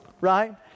right